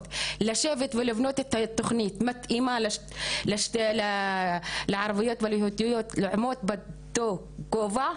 לשבת ולבנות תוכנית מתאימה לערביות וליהודיות להיות באותו כובע,